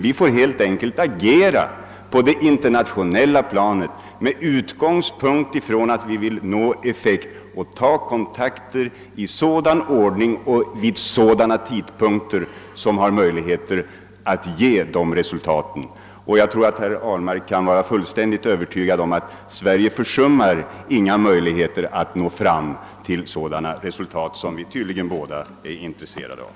Vi får helt enkelt agera på det internationella planet med utgångspunkt från att vi vill uppnå effekt och ta kontakter i sådan ordning och vid sådana tidpunkter som ger möjlighet att nå önskade resultat. Jag tror att herr Ahlmark kan vara fullständigt övertygad om att Sverige inte försummar några möjligheter att nå fram till sådana resultat som vi båda tydligen är intresserade av.